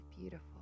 beautiful